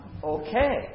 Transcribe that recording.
Okay